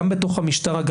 גם בתוך המשטרה,